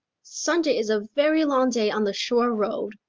sunday is a very long day on the shore road.